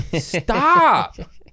stop